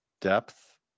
depth